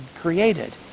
created